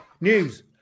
News